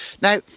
Now